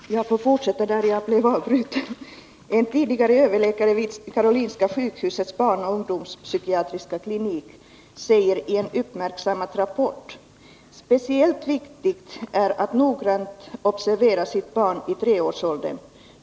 Herr talman! Jag får fortsätta där jag blev avbruten. En tidigare överläkare vid Karolinska sjukhusets barnoch ungdomspsykiatriska klinik säger i en uppmärksammad rapport: ”Speciellt viktigt är att noggrant observera sitt barn i treårsåldern.